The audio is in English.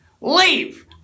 Leave